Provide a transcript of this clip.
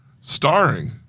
starring